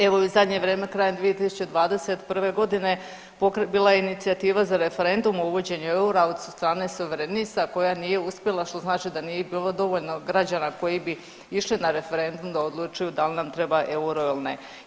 Evo i u zadnje vrijeme krajem 2021. godine bila je inicijativa za referendumom o uvođenju eura od strane Suverenista koja nije uspjela, što znači da nije bilo dovoljno građana koji bi išli na referendum da odlučuju da li nam treba euro ili ne.